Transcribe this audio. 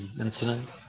incident